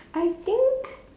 I think